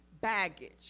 baggage